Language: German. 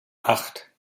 acht